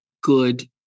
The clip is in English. good